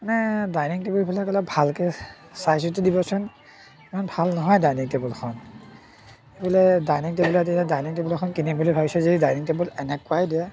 মানে ডাইনিং টেবুলবিলাক অলপ ভালকৈ চাই চিতি দিবচোন ইমান ভাল নহয় ডাইনিং টেবুলখন বোলে ডাইনিং টেবুলত এতিয়া ডাইনিং টেবুল এখন কিনিম বুলি ভাবিছোঁ যদি ডাইনিং টেবুল এনেকুৱাই দিয়ে